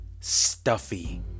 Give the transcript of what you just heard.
Stuffy